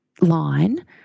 line